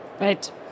Right